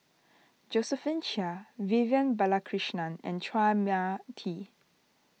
Josephine Chia Vivian Balakrishnan and Chua Mia Tee